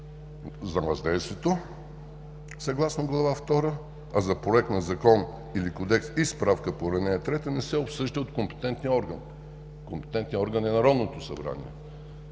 за въздействието, съгласно Глава II, а за Проект на Закон или кодекс и справка по ал. 3, не се обсъжда от компетентния орган. Компетентният орган е Народното събрание.